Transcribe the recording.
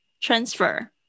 transfer